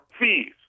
fees